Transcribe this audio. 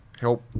help